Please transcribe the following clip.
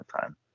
time